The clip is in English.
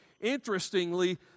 interestingly